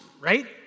right